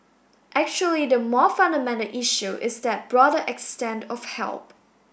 actually the more fundamental issue is that broader extent of help